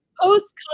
post